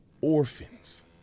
orphans